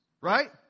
Right